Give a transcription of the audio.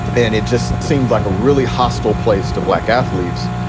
and it just seemed like a really hostile place to black athletes.